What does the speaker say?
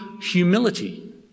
humility